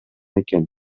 экен